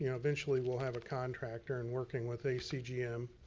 you know eventually we'll have a contractor, and working with ac gm.